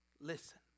listen